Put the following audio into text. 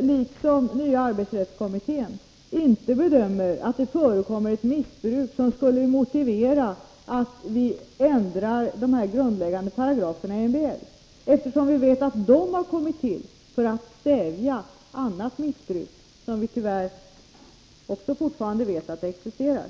liksom nya arbetsrättskommittén, inte bedömer att det förekommer ett missbruk som skulle motivera att vi ändrar de grundläggande bestämmelserna i MBL. Vi vet Nr 18 nämligen att de har kommit till för att stävja annat missbruk som tyvärr också Måndagen den fortfarande existerar.